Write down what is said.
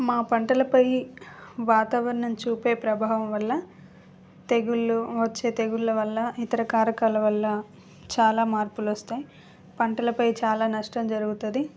మా పంటలపై వాతావరణం చూపే ప్రభావం వల్ల తెగుళ్ళు వచ్చే తెగుళ్ళ వల్ల ఇతర కారకాల వల్ల చాలా మార్పులు వస్తాయి పంటలపై చాలా నష్టం జరుగుతుంది